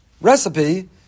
recipe